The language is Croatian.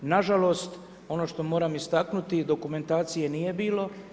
Nažalost, ono što moram istaknuti, dokumentacije nije bilo.